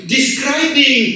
Describing